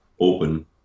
open